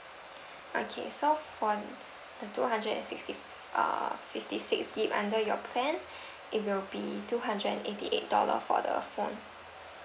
okay so for the two hundred and sixty err fifty six gig under your plan it will be two hundred and eighty eight dollar for the phone